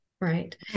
Right